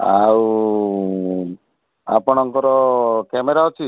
ଆଉ ଆପଣଙ୍କର କ୍ୟାମେରା ଅଛି